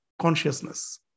consciousness